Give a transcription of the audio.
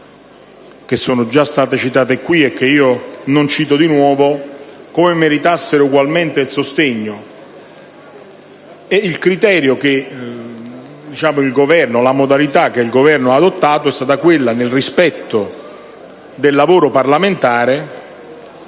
che sono già state citate e che io non citerò di nuovo, meritassero ugualmente il sostegno. Il criterio e la modalità che il Governo ha adottato, nel rispetto del lavoro parlamentare,